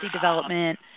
development